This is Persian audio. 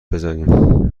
بزنیم